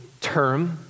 term